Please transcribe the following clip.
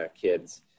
kids